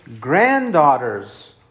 granddaughters